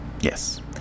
Yes